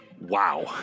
Wow